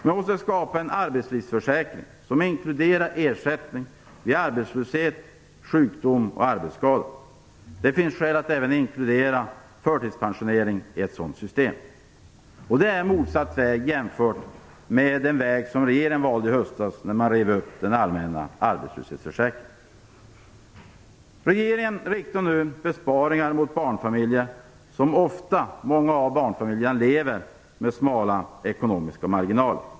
Vi måste skapa en arbetslivsförsäkring som inkluderar ersättning vid arbetslöshet, sjukdom och arbetsskada. Det finns skäl att även inkludera förtidspensionering i ett sådant system. Det är motsatt väg mot den som regeringen valde i höstas när den rev upp den allmänna arbetslöshetsförsäkringen. Regeringen riktar nu besparingar mot barnfamiljer. Många av barnfamiljerna lever med smala ekonomiska marginaler.